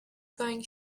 going